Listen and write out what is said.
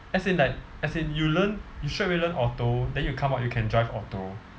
as in like as in you learn you straightaway learn auto then you come out you can drive auto